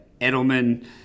Edelman